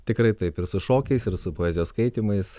tikrai taip ir su šokiais ir su poezijos skaitymais